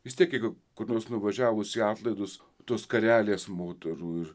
vis tiek jeigu kur nors nuvažiavus į atlaidus tos skarelės moterų ir